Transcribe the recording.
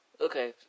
okay